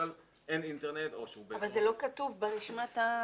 אבל זה לא כתוב ברשימה.